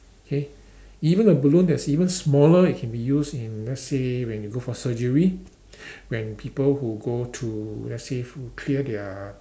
K even a balloon that's even smaller it can be used in let's say when you go for surgery when people who go to let's say to clear their